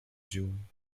june